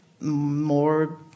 more